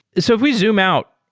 so if we zoom out,